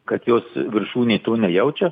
kad jos viršūnė to nejaučia